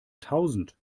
tausend